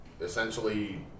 essentially